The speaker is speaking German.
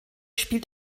spielt